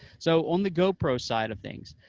so on the gopro side of things,